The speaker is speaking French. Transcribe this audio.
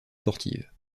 sportives